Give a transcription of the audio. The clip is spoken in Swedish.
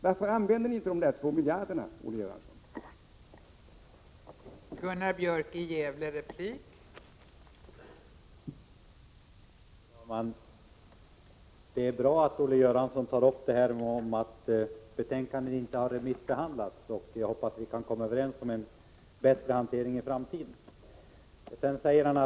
Varför använder ni inte de 2 miljarderna, Olle Göransson?